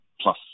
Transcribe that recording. plus